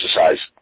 exercise